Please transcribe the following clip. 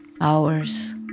hours